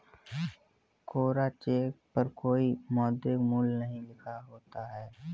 कोरा cheque पर कोई मौद्रिक मूल्य नहीं लिखा होता है